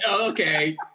Okay